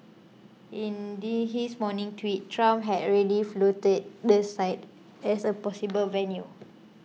in the his morning tweet Trump had already floated the site as a possible venue